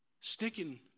Sticking